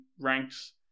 ranks